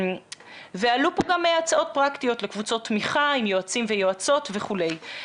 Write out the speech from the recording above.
ועלו פה גם הצעות פרקטיות לקבוצות תמיכה עם יועצים ויועצות וכו',